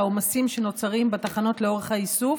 לעומסים שנוצרים בתחנות לאורך האיסוף,